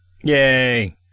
Yay